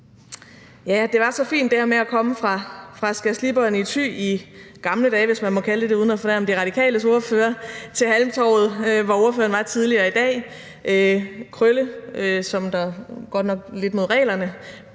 det var så fint at komme fra skærsliberen i Thy i gamle dage, hvis man må kalde det det uden at fornærme De Radikales ordfører, til Halmtorvet, hvor ordføreren var tidligere i dag. Der blev nævnt Krølle, som der godt nok lidt mod reglerne